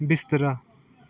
ਬਿਸਤਰਾ